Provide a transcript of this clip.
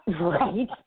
Right